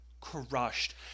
Crushed